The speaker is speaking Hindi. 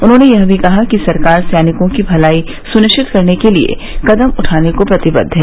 उन्होंने यह भी कहा कि सरकार सैनिकों की भलाई सुनिश्चित करने के लिए कदम उठाने को प्रतिबद्व है